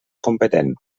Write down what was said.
competent